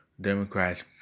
Democrats